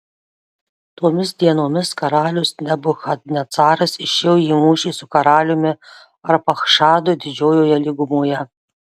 tomis dienomis karalius nebukadnecaras išėjo į mūšį su karaliumi arpachšadu didžiojoje lygumoje